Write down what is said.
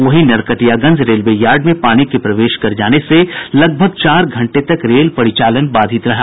वहीं Narkatiaganj railway yard में पानी के प्रवेश कर जाने से लगभग चार घंटे तक रेल परिचालन बाधित रहा